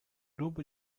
grupo